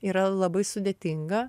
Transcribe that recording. yra labai sudėtinga